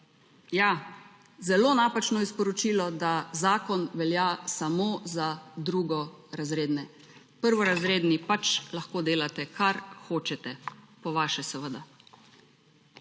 ja, zelo napačno je sporočilo, da zakon velja samo za drugorazredne. Prvorazredni pač lahko delate kar hočete, po vaše, seveda.